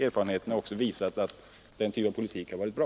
Erfarenheten har väl visat att den typen av politik har varit bra.